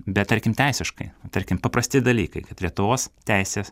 bet tarkim teisiškai tarkim paprasti dalykai kad lietuvos teisės